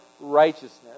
righteousness